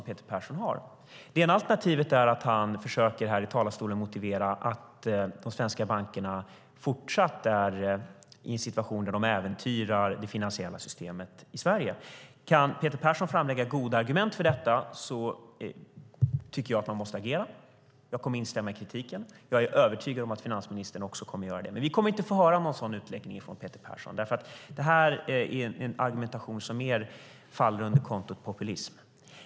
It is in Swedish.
Det ena alternativet är att han här i talarstolen försöker motivera att de svenska bankerna fortsatt är i en situation där de äventyrar det finansiella systemet i Sverige. Kan Peter Persson framlägga goda argument för detta tycker jag att man måste agera. Jag kommer att instämma i kritiken. Jag är övertygad om att finansministern också kommer att göra det. Men vi kommer inte att få höra någon sådan utläggning från Peter Persson. Det här är en argumentation som mer faller under kontot populism.